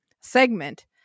segment